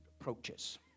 approaches